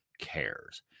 cares